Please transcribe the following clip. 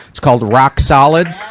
it's called rock solid,